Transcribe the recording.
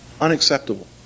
unacceptable